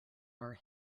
are